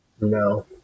No